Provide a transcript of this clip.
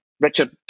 Richard